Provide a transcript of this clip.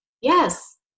Yes